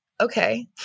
Okay